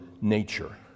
nature